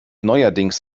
neuerdings